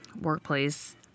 workplace